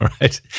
Right